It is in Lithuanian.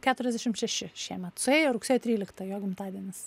keturiasdešimt šeši šiemet suėjo rugsėjo tryliktą jo gimtadienis